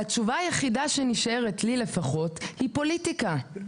התשובה היחידה, שנשארת לי לפחות, היא פוליטיקה.